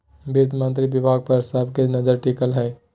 वित्त मंत्री विभाग पर सब के नजर टिकल हइ